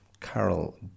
Carol